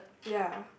ya